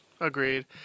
Agreed